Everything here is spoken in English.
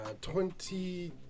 Twenty